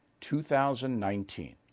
2019